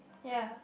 ya